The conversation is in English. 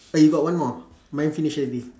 oh you got one more mine finish already